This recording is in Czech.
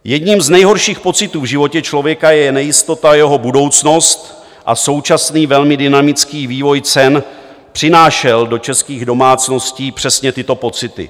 Jedním z nejhorších pocitů v životě člověka je nejistota o jeho budoucnost a současný velmi dynamický vývoj cen přinášel do českých domácností přesně tyto pocity.